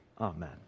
amen